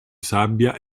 sabbia